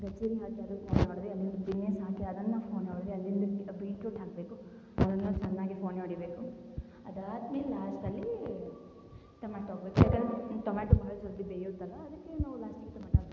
ಗಜರಿ ಹಾಕಿ ಅದನ್ನು ಫೊಣೆ ಹೊಡ್ದು ಅಲ್ಲಿಂದ ಬೀನೆಸ್ ಹಾಕಿ ಅದನ್ನು ಫೊಣೆ ಹೊಡ್ದು ಅಲ್ಲಿಂದ ಬಿಟ್ರೋಟ್ ಹಾಕಬೇಕು ಅದನ್ನು ಚೆನ್ನಾಗೆ ಫೊಣೆ ಹೊಡಿಬೇಕು ಅದಾದಮೇಲೆ ಲಾಸ್ಟಲ್ಲಿ ಟೊಮ್ಯಾಟೊ ಹಾಕ್ಬೇಕು ಯಾಕಂದ್ರೆ ಟೊಮ್ಯಾಟೊ ಭಾಳ್ ಜಲ್ದಿ ಬೇಯೋದ್ ಅಲ ಅದಕ್ಕೆ ನಾವು ಲಾಸ್ಟಿಗೆ ಟೊಮ್ಯಾಟೋ ಹಾಕಬೇಕು